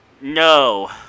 No